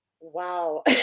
wow